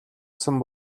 сан